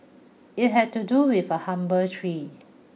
it had to do with a humble tree